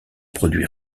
produit